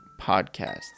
podcasts